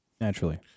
Naturally